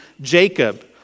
Jacob